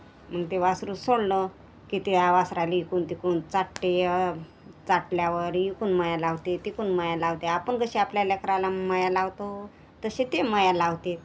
मग ते वासरू सोडलं की त्या वासराला इकून तिकून चाटते चाटल्यावर इकून माया लावते तिकून माया लावते आपण कशी आपल्या लेकराला माया लावतो तशी ती माया लावते